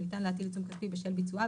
שניתן להטיל עיצום כספי בשל ביצועה,